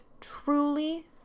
truly